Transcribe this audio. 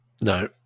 no